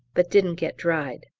but didn't get dried.